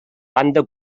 banda